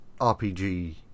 RPG